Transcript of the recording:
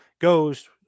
goes –